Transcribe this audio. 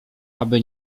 aby